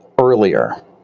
earlier